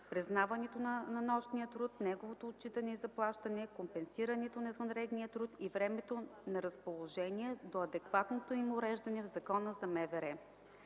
признаването на нощния труд, неговото отчитане и заплащане, компенсирането на извънредния труд и времето на разположение, до адекватното им уреждане в Закона за